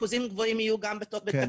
ריכוזים גבוהים יהיו גם בתקלות,